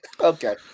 okay